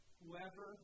whoever